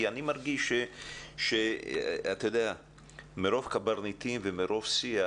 אני מרגיש שמרוב קברניטים ומרוב שיח